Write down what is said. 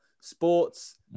sports